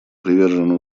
привержены